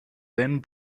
thin